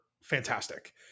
fantastic